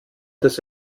des